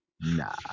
nah